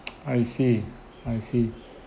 I see I see